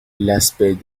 l’aspect